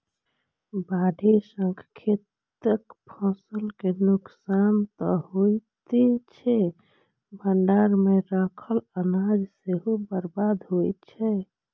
बाढ़ि सं खेतक फसल के नुकसान तं होइते छै, भंडार मे राखल अनाज सेहो बर्बाद होइ छै